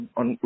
on